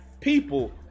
people